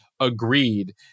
Agreed